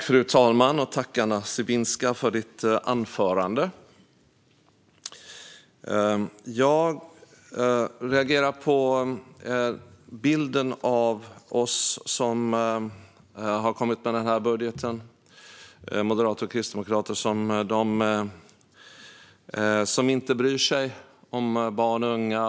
Fru talman! Tack, Anna Sibinska, för ditt anförande! Jag reagerar på bilden av oss som lagt fram den här budgeten, moderater och kristdemokrater, som dem som inte bryr sig om barn eller unga.